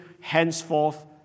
henceforth